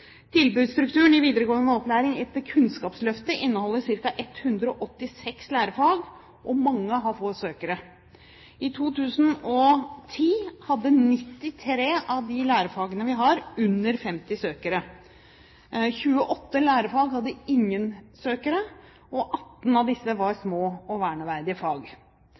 Tilbudsstrukturen i videregående opplæring etter Kunnskapsløftet inneholder ca. 186 lærefag, og mange har få søkere. I 2010 hadde 93 av de lærefagene vi har, under 50 søkere. 28 lærefag hadde ingen søkere, 18 av disse var små og verneverdige fag.